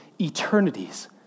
eternities